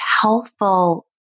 helpful